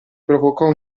provocò